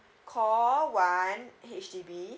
call one H_D_B